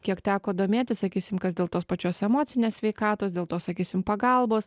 kiek teko domėtis sakysim kas dėl tos pačios emocinės sveikatos dėl tos sakysim pagalbos